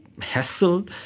hassle